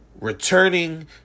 returning